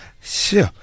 Sure